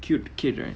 cute kid right